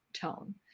tone